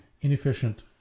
inefficient